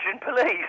police